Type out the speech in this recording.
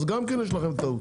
אז גם יש לכם טעות.